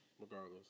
Regardless